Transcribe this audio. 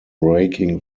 raking